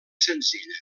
senzilla